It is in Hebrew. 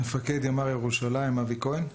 מפקד ימ"ר ירושלים אבי כהן.